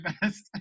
best